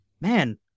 man